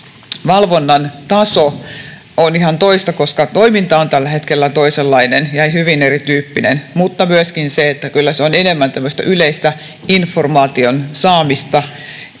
valvonnan taso on ihan toista, koska toiminta on tällä hetkellä toisenlainen ja hyvin erityyppinen. Mutta myöskin kyllä se on enemmän tämmöistä yleistä informaation saamista